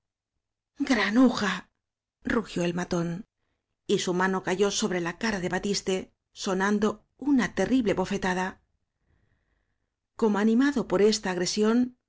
granuja rugió el matón y su mano áñ cayó sobre la cara de batiste sonando una terrible bofetada como animado por esta agresión